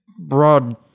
broad